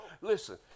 Listen